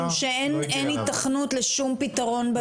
משום שאין התכנות לשום פתרון באזור.